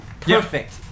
Perfect